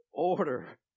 Order